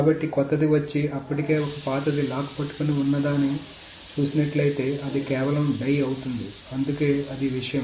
కాబట్టి కొత్తది వచ్చి అప్పటికే ఒక పాతది లాక్ పట్టుకుని ఉన్నాదని చూసినట్లయితే అది కేవలం డై అవుతుంది అందుకే అది విషయం